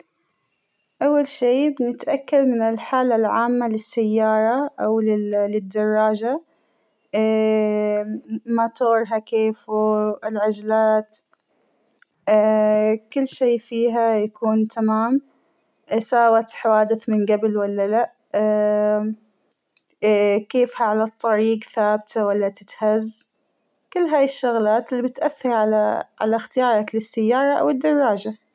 أول شى بنتأكد من الحالة العامة للسيارة أولل- للدراجة ، ماتورها كيفه ، العجلات كل شى فيها يكون تمام، ساوت حوادث من قبل ولالا، كيفها على الطريق ثابتة ولا تتهز ، كل هاى الشغلات اللى بتاثر على على إختيارك للسيارة أو الدراجه.